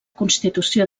constitució